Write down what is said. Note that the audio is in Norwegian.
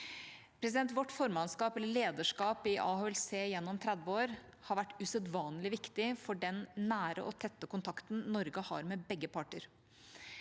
og lederskap i AHLC gjennom 30 år har vært usedvanlig viktig for den nære og tette kontakten Norge har med begge parter.